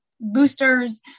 boosters